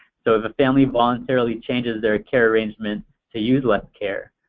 so if a family voluntarily changes their care arrangement to use less care,